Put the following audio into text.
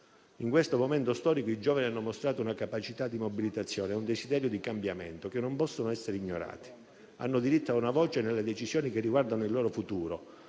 In questo momento storico i giovani hanno mostrato una capacità di mobilitazione e un desiderio di cambiamento che non possono essere ignorati. Hanno diritto a una voce nelle decisioni che riguardano il loro futuro,